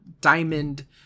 diamond